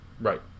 Right